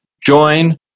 join